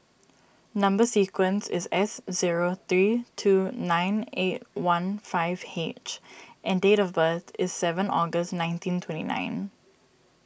Number Sequence is S zero three two nine eight one five H and date of birth is seven August nineteen twenty nine